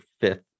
fifth